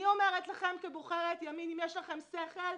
אני אומרת לכם כבוחרת ימין: אם יש לכם שכל,